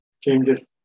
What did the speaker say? changes